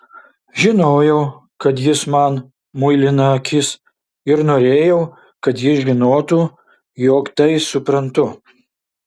žinojau kad jis man muilina akis ir norėjau kad jis žinotų jog tai suprantu